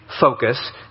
focus